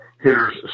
hitters